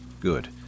Good